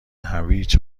هویج